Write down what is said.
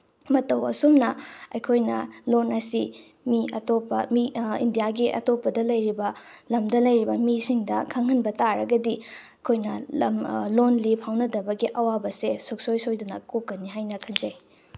ꯃꯇꯧ ꯑꯁꯨꯝꯅ ꯑꯩꯈꯣꯏꯅ ꯂꯣꯟ ꯑꯁꯤ ꯃꯤ ꯑꯇꯣꯞꯄ ꯃꯤ ꯏꯟꯗꯤꯌꯥꯒꯤ ꯑꯇꯣꯞꯄꯗ ꯂꯩꯔꯤꯕ ꯂꯝꯗ ꯂꯩꯔꯤꯕ ꯃꯤꯁꯤꯡꯗ ꯈꯪꯍꯟꯕ ꯇꯥꯔꯒꯗꯤ ꯑꯩꯈꯣꯏꯅ ꯂꯝ ꯂꯣꯟ ꯂꯤ ꯄꯥꯎꯅꯗꯕꯒꯤ ꯑꯋꯥꯕꯁꯦ ꯁꯨꯡꯁꯣꯏ ꯁꯣꯏꯗꯅ ꯀꯣꯛꯀꯅꯤ ꯍꯥꯏꯅ ꯈꯟꯖꯩ